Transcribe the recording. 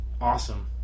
Awesome